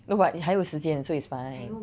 no but 你还有时间 so it's fine